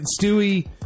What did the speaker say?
Stewie